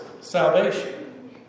salvation